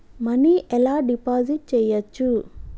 Money ఎలా deposit చేయచ్చు?